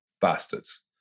bastards